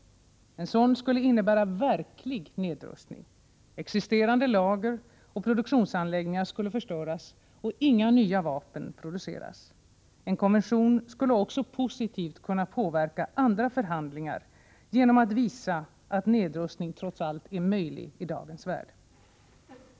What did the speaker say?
En sådan skulle innebära verklig nedrustning — existerande lager och produktionsanläggningar skulle förstöras och inga nya vapen produceras. En konvention skulle också positivt kunna påverka andra förhandlingar genom att visa att nedrustning trots allt är möjlig i dagens värld.